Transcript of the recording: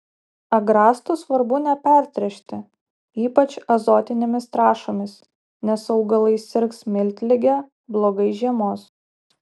agrastų svarbu nepertręšti ypač azotinėmis trąšomis nes augalai sirgs miltlige blogai žiemos